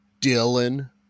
Dylan